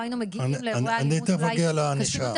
לא היינו מגיעים אולי לאירועי אלימות קשים יותר.